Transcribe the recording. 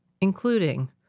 including